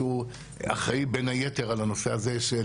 והוא אחראי בין היתר על הנושא הזה של